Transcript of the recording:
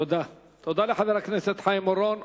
תודה לחבר הכנסת חיים אורון.